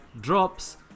drops